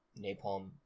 napalm